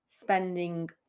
spending